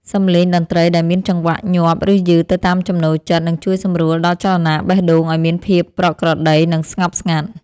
សម្លេងតន្ត្រីដែលមានចង្វាក់ញាប់ឬយឺតទៅតាមចំណូលចិត្តនឹងជួយសម្រួលដល់ចលនាបេះដូងឱ្យមានភាពប្រក្រតីនិងស្ងប់ស្ងាត់។